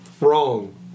wrong